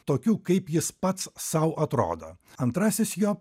tokiu kaip jis pats sau atrodo antrasis jo